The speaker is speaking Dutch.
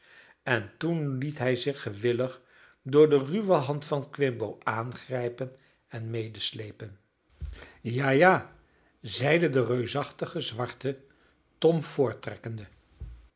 en toen liet hij zich gewillig door de ruwe hand van quimbo aangrijpen en medesleepen ja ja zeide de reusachtige zwarte tom voorttrekkende